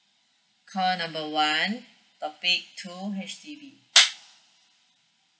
call number one topic two H_D_B